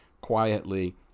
quietly